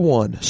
one